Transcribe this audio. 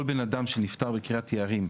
כל בן אדם שנפטר בקרית יערים,